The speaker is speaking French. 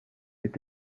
est